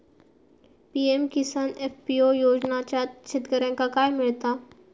PM Kisan FPO योजनाच्यात शेतकऱ्यांका काय मिळता?